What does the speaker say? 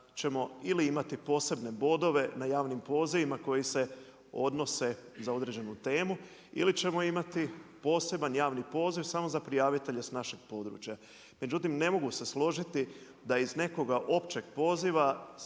ćemo ili imati posebne bodove na javnim pozivima koji se odnose za određenu temu, ili ćemo imati poseban javni poziv samo za prijavitelje sa našeg područja. Međutim, ne mogu se složiti da iz nekoga općeg poziva,